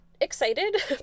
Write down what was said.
excited